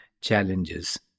challenges